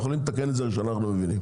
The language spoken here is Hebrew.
אנחנו יכולים לתקן את זה איך שאנחנו מבינים.